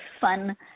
fun